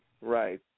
right